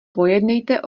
pojednejte